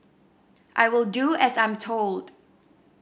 I will do as I'm told